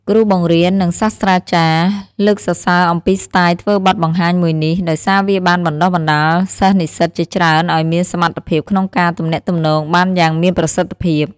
គ្រូបង្រៀន និងសាស្ត្រាចារ្យ លើកសរសើរអំពីស្ទាយធ្វើបទបង្ហាញមួយនេះ ដោយសារវាបានបណ្តុះបណ្តាលសិស្សនិស្សិតជាច្រើនឱ្យមានសមត្ថភាពក្នុងការទំនាក់ទំនងបានយ៉ាងមានប្រសិទ្ធភាព។